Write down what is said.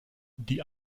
die